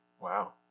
Wow